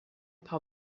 paar